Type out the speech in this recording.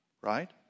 Right